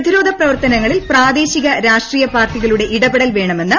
പ്രതിരോധപ്രവർത്തനങ്ങളിൽ പ്രാദേശിക രാഷ്ട്രീയ പാർട്ടികളുടെ ഇടപെടൽ വേണമെന്ന് മുഖ്യമന്ത്രി